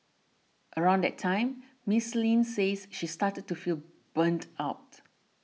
around that time Miss Lin says she started to feel burnt out